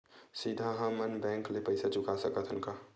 सीधा हम मन बैंक ले पईसा चुका सकत हन का?